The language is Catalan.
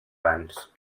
abans